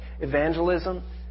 Evangelism